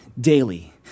daily